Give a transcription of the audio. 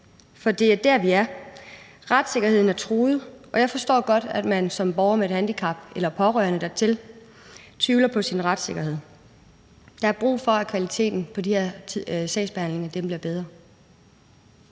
For det er der, vi er. Retssikkerheden er truet, og jeg forstår godt, at man som borger med et handicap eller pårørende dertil tvivler på sin retssikkerhed. Der er brug for, at kvaliteten af de her sagsbehandlinger bliver bedre.